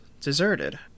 deserted